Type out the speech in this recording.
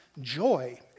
joy